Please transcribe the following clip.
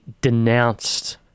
denounced